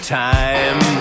time